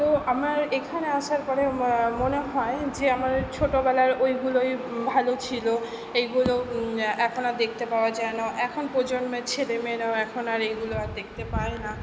তো আমার এখানে আসার পরে মনে হয় যে আমার ছোটোবেলার ওইগুলোই ভালো ছিল এইগুলো এ এখন আর দেখতে পাওয়া যায় না এখন প্রজন্মের ছেলেমেয়েরাও এখন আর এইগুলো আর দেখতে পায় না